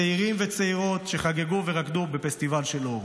צעירים וצעירות שחגגו ורקדו בפסטיבל של אור.